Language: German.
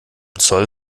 zoll